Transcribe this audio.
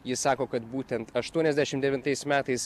jis sako kad būtent aštuoniasdešim devintais metais